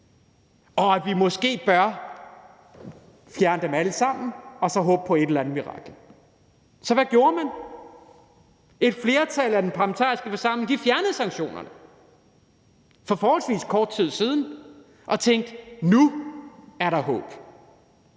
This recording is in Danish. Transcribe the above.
og at vi måske bør fjerne alle sanktionerne og håbe på et eller andet mirakel. Så hvad gjorde man? Et flertal i den parlamentariske forsamling fjernede sanktionerne for forholdsvis kort tid siden, fordi de tænkte: Nu er der håb.